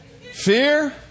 fear